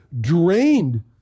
drained